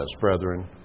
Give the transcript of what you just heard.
brethren